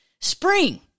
spring